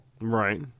Right